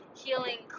healing